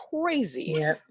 crazy